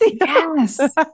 yes